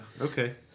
Okay